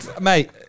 Mate